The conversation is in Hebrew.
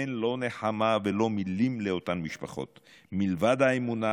אין לא נחמה ולא מילים לאותן משפחות מלבד האמונה.